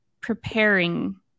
preparing